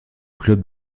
club